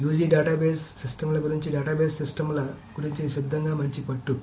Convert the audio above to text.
UG database సిస్టమ్ల గురించి database సిస్టమ్ల గురించి నిశ్శబ్దంగా మంచి పట్టు